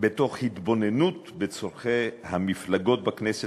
מתוך התבוננות בצורכי המפלגות בכנסת